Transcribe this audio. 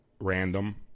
random